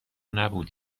نبود